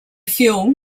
film